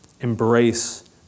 embrace